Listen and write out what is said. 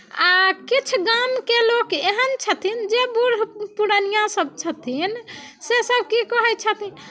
आ किछु गामके लोक एहन छथिन जे बूढ़ पुरनियासभ छथिन सेसभ की कहै छथिन